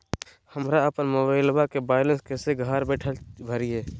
हमरा अपन मोबाइलबा के बैलेंस कैसे घर बैठल भरिए?